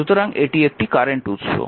সুতরাং এটি একটি কারেন্ট উৎস